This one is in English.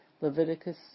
Leviticus